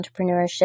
entrepreneurship